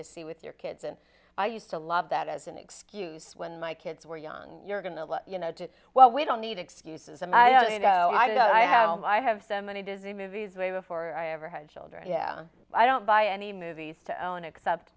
to see with your kids and i used to love that as an excuse when my kids were young you're going to let you know just well we don't need excuses and i don't you know i don't i have home i have so many disney movies way before i ever had children yeah i don't buy any movies to own except